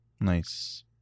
Nice